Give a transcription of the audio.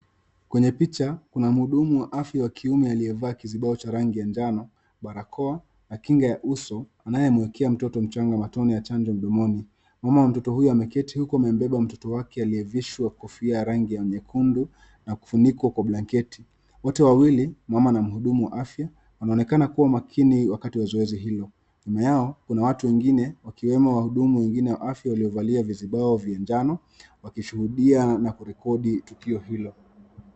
Kwenye picha kuna mhudumu wa afya wa kiume aliyefaa kizibao chenye rangi ya njano, barakoa na kinga ya uso anayemwekea mtoto mchanga matone ya chanjo mdomoni. Mama wa mtoto huyu ameketi huku amebeba mtoto wake aliyevishwa kofi aya rangi ya nyekundu na kufunikwa kwa blanketi. Wote wawili mama na mhudumu wa afya, wanaonekana kuwa makini wakati wa zoezi hilo. Nyuma yao kuna watu wengine wakiwemo wahudumu wengine wa afya waliovalia vizibao vya njano wakishuhudia na kurekodi tukio hilo.